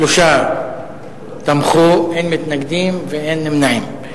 שלושה תמכו, אין מתנגדים ואין נמנעים.